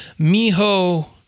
Miho